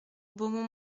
beaumont